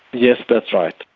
yes, that's right.